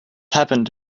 happened